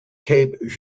cape